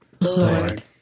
Lord